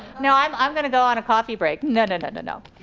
no, i'm i'm gonna go on a coffee break, no no no and no